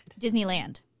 Disneyland